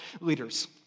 leaders